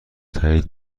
تایید